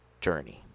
journey